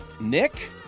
nick